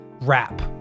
rap